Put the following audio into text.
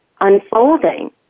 unfolding